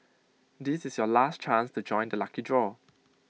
this is your last chance to join the lucky draw